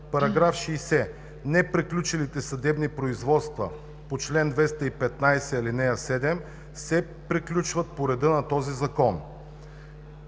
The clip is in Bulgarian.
§ 60: „§ 60. Неприключилите съдебни производства по чл. 215, ал. 7 се приключват по реда на този Закон.“